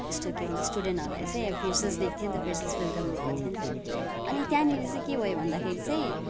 stew के भन्छ स्टुडेन्टहरूलाई चाहिँ फ्रेसेस दिएको थियो नि त कि फ्रेसेस वेलकम दिएको थियो नि त कि अनि त्यहाँनिर चाहिँ के भयो भन्दाखेरि चाहिँ